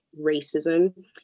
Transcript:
racism